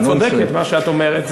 את צודקת במה שאת אומרת,